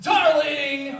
Darling